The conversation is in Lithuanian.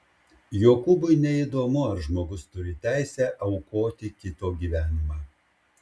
jokūbui neįdomu ar žmogus turi teisę aukoti kito gyvenimą